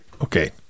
Okay